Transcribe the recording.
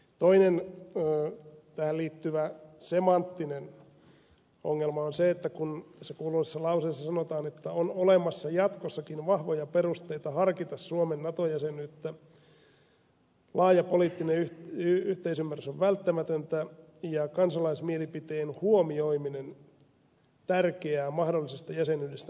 toinen tähän liittyvä semanttinen ongelma on se että tässä kuuluisassa kohdassa sanotaan että on olemassa jatkossakin vahvoja perusteita harkita suomen nato jäsenyyttä ja laaja poliittinen yhteisymmärrys on välttämätöntä ja kansalaismielipiteen huomioiminen tärkeää mahdollisesta jäsenyydestä päätettäessä